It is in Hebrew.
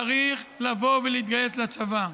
צריך לבוא ולהתגייס לצבא.